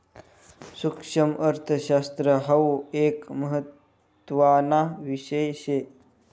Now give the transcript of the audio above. सुक्ष्मअर्थशास्त्र हाउ एक महत्त्वाना विषय शे